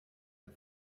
der